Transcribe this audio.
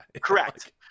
correct